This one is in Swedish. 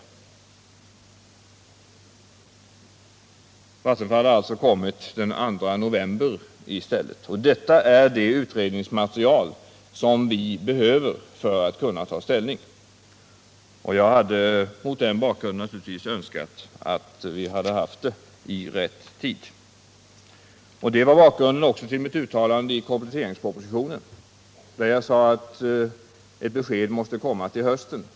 Vattenfalls rapport har alltså kommit den 2 november i stället. Detta är det utredningsmaterial som vi behöver för att kunna ta ställning. Jag hade, mot den bakgrunden, naturligtvis önskat att vi hade haft det i rätt tid. Det var också bakgrunden till mitt uttalande i kompletteringspropositionen där jag sade att ett besked måste komma till hösten.